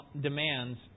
demands